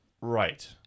right